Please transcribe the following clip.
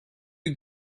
you